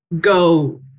go